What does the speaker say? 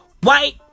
white